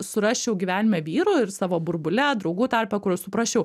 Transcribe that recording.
surasčiau gyvenime vyrų ir savo burbule draugų tarpe kur suprasčiau